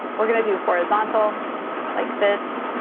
we're gonna do a horizontal like this.